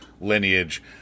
lineage